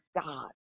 God